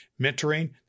mentoring